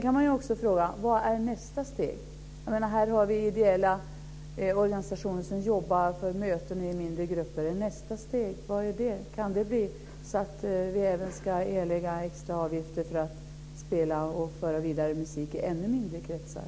Vad är nästa steg? Här har vi ideella organisationer som jobbar för möten i mindre grupper. Kan nästa steg bli att vi även ska erlägga extra avgifter för att spela och föra vidare musik i ännu mindre kretsar?